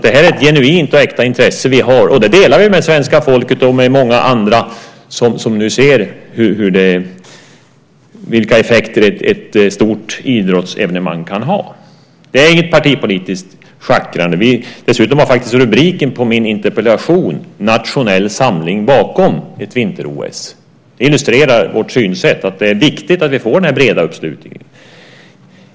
Det här är ett genuint och äkta intresse vi har, och det delar vi med svenska folket och med många andra som ser vilka effekter ett stort idrottsevenemang kan ha. Det är inget partipolitiskt schackrande. Dessutom var faktiskt rubriken på min interpellation Nationell samling bakom svensk ansökan om vinter-OS 2018 . Det illustrerar vårt synsätt att det är viktigt att vi får den här breda uppslutningen.